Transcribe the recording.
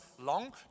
long